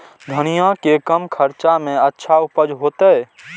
धनिया के कम खर्चा में अच्छा उपज होते?